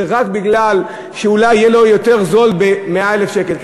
זה רק מפני שאולי יהיה לו יותר זול ב-100,000 שקל.